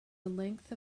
length